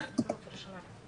קודם כל ראשי פרקים